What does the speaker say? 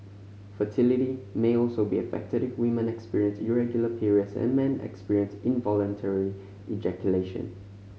fertility may also be affected if women experience irregular periods and men experience involuntary ejaculation